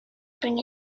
bring